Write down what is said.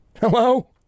Hello